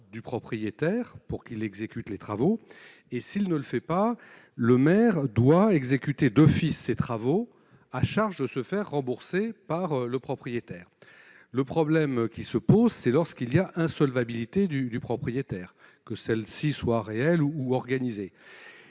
du propriétaire pour qu'il l'exécute les travaux et s'il ne le fait pas, le maire doit exécuter 2 fils ses travaux à charge de se faire rembourser par le propriétaire, le problème qui se pose, c'est lorsqu'il y a un solvabilité du du propriétaire, que celle-ci soit ou organisées